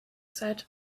said